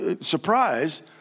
surprise